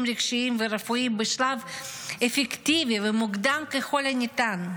רגשיים ורפואיים בשלב אפקטיבי ומוקדם ככל הניתן.